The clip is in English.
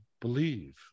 believe